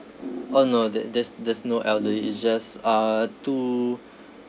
oh no the~ there's there's no elderly it's just uh two